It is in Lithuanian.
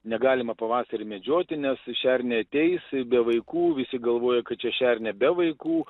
negalima pavasarį medžioti nes šernė ateis be vaikų visi galvoja kad čia šernė be vaikų